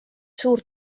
suur